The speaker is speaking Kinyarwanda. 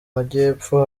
majyepfo